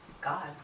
God